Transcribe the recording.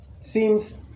seems